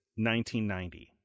1990